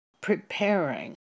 preparing